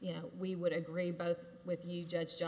you know we would agree both with you judge